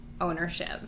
ownership